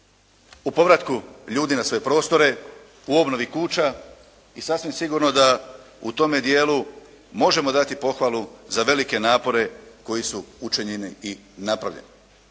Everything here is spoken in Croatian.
u povratku ljudi na svoje prostore, u obnovi kuća i sasvim sigurno da u tome dijelu možemo dati pohvalu za velike napore koji su učinjeni i napravljeni,